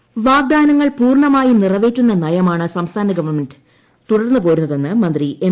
മണി വാഗ്ദാനങ്ങൾ പൂർണ്ണമായും നിറവേറ്റുന്ന നയമാണ് സംസ്ഥാന ഗവൺമെന്റ തുടർന്ന് പോരുന്നതെന്ന് മന്ത്രി എം